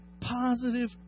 positive